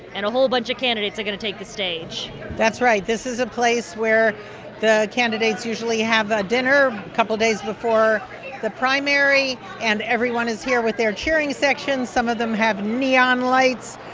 and a whole bunch of candidates are going to take the stage that's right. this is a place where the candidates usually have dinner a couple of days before the primary, and everyone is here with their cheering section. some of them have neon lights.